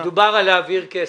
מדובר על העברת כסף.